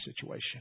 situation